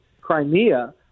Crimea